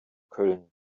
köln